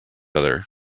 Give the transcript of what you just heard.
other